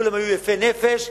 כולם היו יפי נפש,